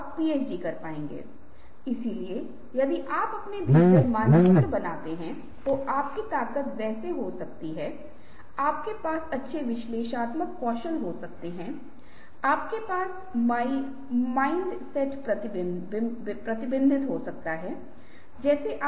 सभी आलोचनाओं से इंकार किया जाता है किसी को भी अनुमति नहीं दी जाती है किसी को भी विचार करने की अनुमति नहीं दी जाती है या अन्य किसी भी विचार पर विचार नहीं किया जाता है जब तक कि विचार निर्माण प्रक्रिया पूरी नहीं हो जाती है